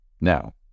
Now